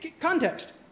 context